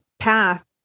path